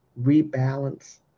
rebalance